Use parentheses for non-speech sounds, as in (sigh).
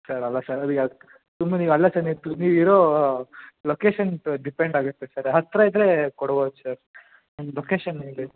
sir ಅಲ್ಲ sir (unintelligible) ನೀವು ಇರೋ ಲೊಕೇಶನ್ ಡಿಪೆಂಡ್ ಆಗುತ್ತೆ ಸರ್ ಹತ್ತಿರ ಇದ್ದರೆ ಕೊಡ್ಬೋದು ಸರ್ ನಿಮ್ಮ ಲೊಕೇಶನ್ ಹೇಳಿ